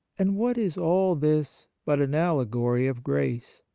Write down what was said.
and what is all this but an allegory of grace?